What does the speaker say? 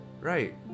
Right